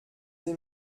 sie